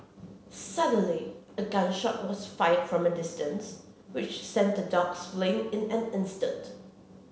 suddenly a gun shot was fired from a distance which sent the dogs fleeing in an instant